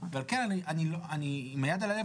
עם יד על הלב,